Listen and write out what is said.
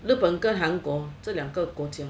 日本跟韩国这两个国家